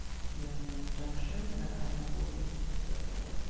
hearing no objections, that item will be coming to the board.